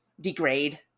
degrade